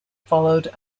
followed